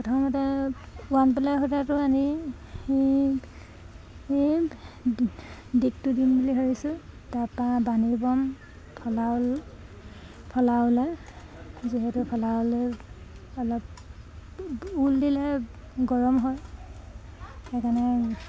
প্ৰথমতে সূতাটো আনি দিশটো দিম বুলি ভাবিছোঁ তাৰপা বানী বম ফলাঊল ফলা ঊলে যিহেতু ফলাঊলে অলপ ঊল দিলে গৰম হয় সেইকাৰণে